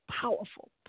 powerful